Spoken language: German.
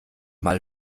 mal